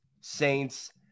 Saints